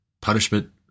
Punishment